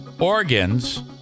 organs